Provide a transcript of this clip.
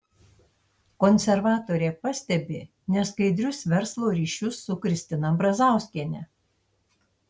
konservatorė pastebi neskaidrius verslo ryšius su kristina brazauskiene